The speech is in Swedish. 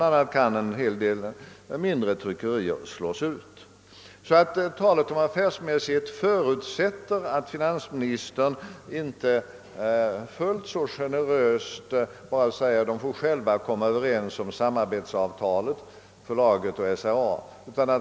a. kan en hel del mindre tryckerier slås ut. Talet om affärsmässighet förutsätter att finansministern inte är fullt så generös att han säger att förlaget och SRA själva får komma överens om samarbetsavtalet.